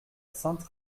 sainte